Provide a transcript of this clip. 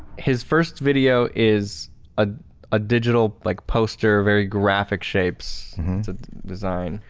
his first video is a ah digital like poster, very graphic shapes design.